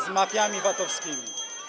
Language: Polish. z mafiami VAT-owskimi.